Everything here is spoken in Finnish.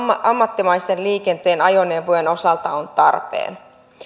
ammattimaisen liikenteen ajoneuvojen osalta on tarpeen